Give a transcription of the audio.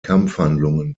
kampfhandlungen